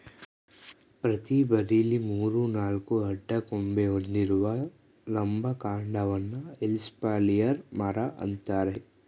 ಪ್ರತಿ ಬದಿಲಿ ಮೂರು ನಾಲ್ಕು ಅಡ್ಡ ಕೊಂಬೆ ಹೊಂದಿರುವ ಲಂಬ ಕಾಂಡವನ್ನ ಎಸ್ಪಾಲಿಯರ್ ಮರ ಅಂತಾರೆ